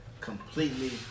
completely